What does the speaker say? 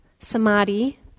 samadhi